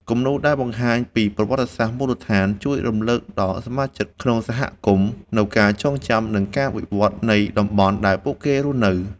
គំនូរដែលបង្ហាញពី ប្រវត្តិសាស្ត្រមូលដ្ឋាន ជួយរំលឹកដល់សមាជិកក្នុងសហគមន៍នូវការចងចាំ និងការវិវត្តនៃតំបន់ដែលពួកគេរស់នៅ។